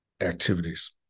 activities